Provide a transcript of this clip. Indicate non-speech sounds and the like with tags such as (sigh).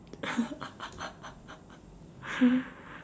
(laughs)